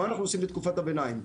מה אנחנו עושים בתקופת הביניים?